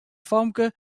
famke